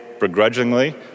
begrudgingly